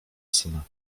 syna